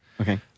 Okay